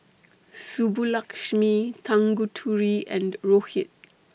Subbulakshmi Tanguturi and Rohit